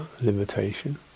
limitation